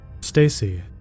Stacy